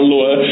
Lord